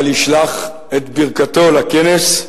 אבל ישלח את ברכתו לכנס.